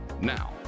Now